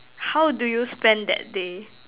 how do you spend that day